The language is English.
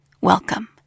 Welcome